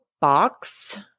box